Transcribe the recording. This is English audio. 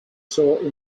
saw